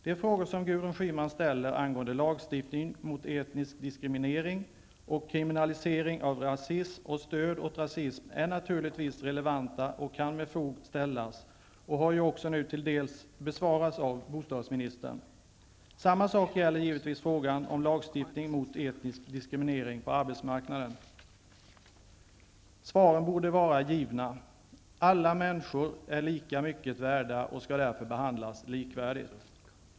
De frågor som Gudrun Schyman ställer angående lagstiftning mot etnisk diskriminering, angående kriminalisering av rasism och angående stöd åt rasism är naturligtvis relevanta och kan med fog ställas. Delvis har de också besvarats här av bostadsministern. Samma sak gäller givetvis frågan om lagstiftning mot etnisk diskriminering på arbetsmarknaden. Svaren borde vara givna. Alla människor är lika mycket värda och skall därför behandlas likvärdigt.